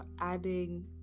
adding